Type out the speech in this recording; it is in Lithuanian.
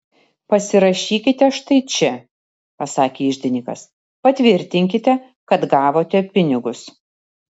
pasirašykite štai čia pasakė iždininkas patvirtinkite kad gavote pinigus